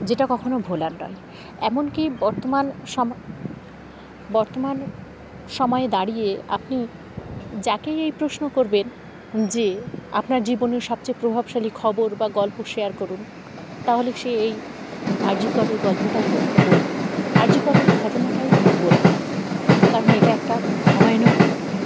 যেটা কখনও ভোলার নয় এমনকি বর্তমান সম বর্তমান সময়ে দাঁড়িয়ে আপনি যাকেই এই প্রশ্ন করবেন যে আপনার জীবনের সবচেয়ে প্রভাবশালী খবর বা গল্প শেয়ার করুন তাহলে সে এই আরজিকরের গল্পটাই করবে বলবে আরজিকরের ঘটনাটাই বলবে কারণ এটা একটা ভয়ানক ঘটনা